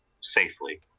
safely